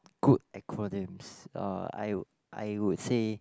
not good acronyms uh I I would say